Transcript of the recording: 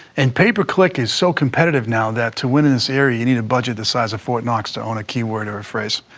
and pay per click is so competitive now that to win in this area, you need a budget the size of fort knox to own a keyword or a phrase.